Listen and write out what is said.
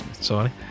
sorry